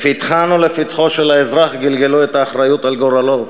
לפתחן ולפתחו של האזרח גלגלו את האחריות לגורלו,